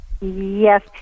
Yes